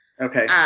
Okay